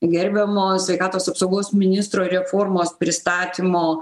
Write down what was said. gerbiamo sveikatos apsaugos ministro reformos pristatymo